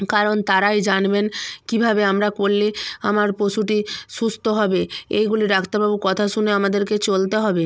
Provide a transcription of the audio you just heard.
কারণ তারাই জানবেন কীভাবে আমরা করলে আমার পশুটি সুস্থ হবে এইগুলি ডাক্তারবাবুর কথা শুনে আমাদেরকে চলতে হবে